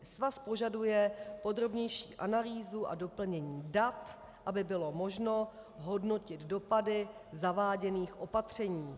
Svaz požaduje podrobnější analýzu a doplnění dat, aby bylo možné hodnotit dopady zaváděných opatření.